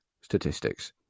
statistics